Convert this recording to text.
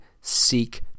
seek